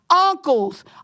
uncles